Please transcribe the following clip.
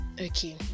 Okay